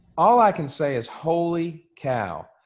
all i can say is holy cow.